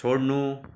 छोड्नु